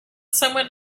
someone